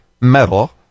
metal